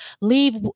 leave